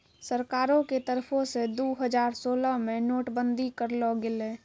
सरकारो के तरफो से दु हजार सोलह मे नोट बंदी करलो गेलै